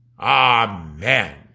Amen